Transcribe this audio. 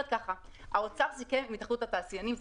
משרד האוצר סיכם עם התאחדות התעשיינים,